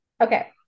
Okay